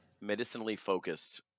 medicinally-focused